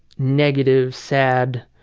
negative, sad,